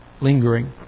lingering